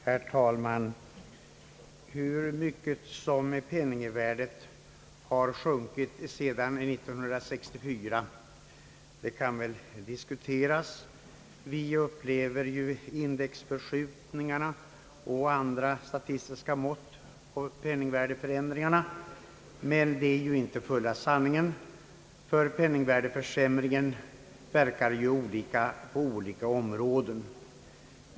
Herr talman! Hur mycket penningvärdet har sjunkit sedan 1964, det kan väl diskuteras. Vi upplever ju indexförskjutningarna och andra statistiska mått på penningvärdeförändringarna, men de redovisar ju inte fulla sanningen, ty penningvärdeförsämringen verkar olika på olika områden.